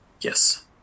Yes